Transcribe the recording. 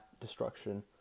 destruction